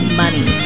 money